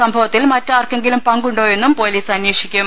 സംഭവത്തിൽ മറ്റാർക്കെങ്കിലും പങ്കുണ്ടോയെന്നും പൊലീസ് അന്വേഷിക്കും